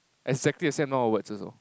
exactly the same amount of words also